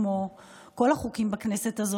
כמו כל החוקים בכנסת הזאת,